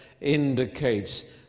indicates